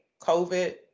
covid